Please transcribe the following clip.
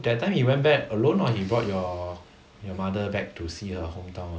that time you went back alone or he brought your your mother back to see her hometown also